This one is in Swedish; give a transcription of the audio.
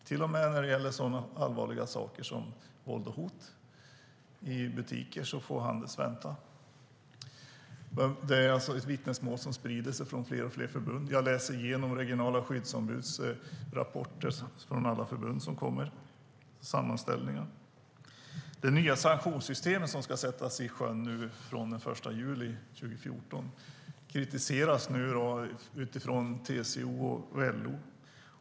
Till och med när det gäller allvarliga saker som våld och hot i butiker får Handels vänta. Detta är ett vittnesmål som sprider sig från fler och fler förbund. Jag läser igenom sammanställningar av regionala skyddsombuds rapporter som kommer från alla förbund. Det nya sanktionssystem som ska sättas i sjön den 1 juli 2014 kritiseras av TCO och LO.